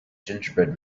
gingerbread